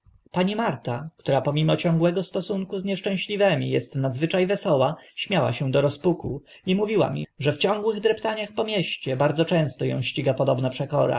marta która pomimo ciągłego stosunku z nieszczęśliwymi est nadzwycza wesoła śmiała się do rozpuku i mówiła mi że w ciągłych dreptaniach po mieście bardzo często ą ściga podobna przekora